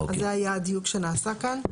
אז זה היה הדיוק שנעשה כאן.